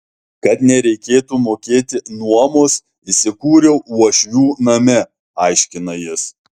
kad nereikėtų mokėti nuomos įsikūriau uošvių name aiškina jis